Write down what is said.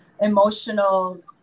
emotional